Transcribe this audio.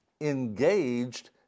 engaged